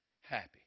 happy